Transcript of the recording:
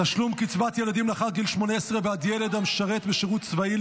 תשלום קצבת ילדים לאחר גיל 18 בעד ילד המשרת בשירות צבאי,